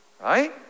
Right